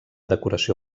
decoració